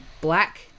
black